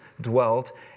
dwelt